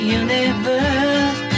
universe